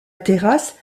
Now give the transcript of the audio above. terrasse